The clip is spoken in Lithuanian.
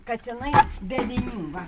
kad jinai be vinių va